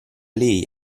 lei